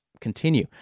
continue